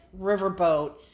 riverboat